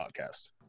podcast